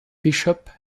bishop